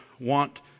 want